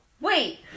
Wait